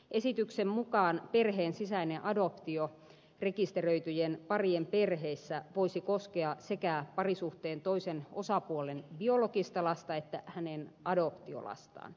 esityksen mukaan perheen sisäinen adoptio rekisteröityjen parien perheissä voisi koskea sekä parisuhteen toisen osapuolen biologista lasta että hänen adoptiolastaan